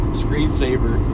screensaver